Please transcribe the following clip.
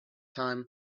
time